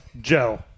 Joe